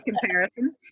comparison